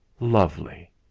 lovely